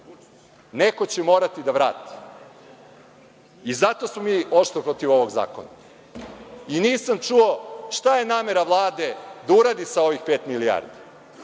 Neko će morati da vrati i zato smo mi oštro protiv ovog zakona.I nisam čuo šta je namera Vlade da uradi sa ovih pet milijardi?